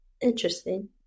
interesting